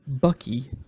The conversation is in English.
Bucky